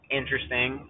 interesting